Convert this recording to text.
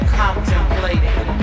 contemplating